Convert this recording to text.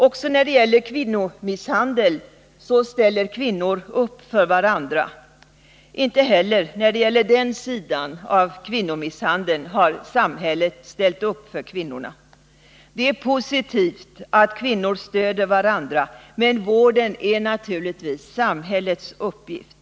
Också när det gäller kvinnomisshandel ställer kvinnorna upp för varandra. Men inte heller när det gäller den sidan av kvinnomisshandeln har samhället ställt upp för kvinnorna. Det är positivt att kvinnor stöder varandra, men vården är naturligtvis samhällets uppgift.